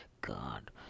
God